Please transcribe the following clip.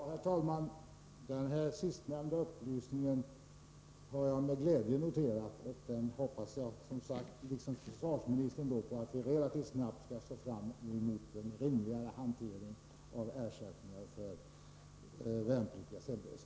Herr talman! Den sista upplysningen noterade jag med glädje. Jag hoppas, liksom försvarsministern, att vi relativt snart kan få fram en rimligare hantering när det gäller ersättningar för värnpliktigas hemresor.